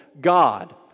God